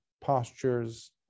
postures